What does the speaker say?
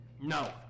No